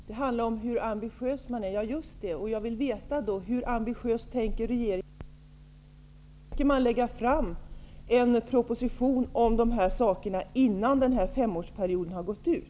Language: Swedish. Fru talman! Det handlar om hur ambitiös man är. Just det! Jag vill veta hur ambitiös regeringen tänker vara. Tänker man lägga fram en proposition om dessa saker innan femårsperioden har gått ut?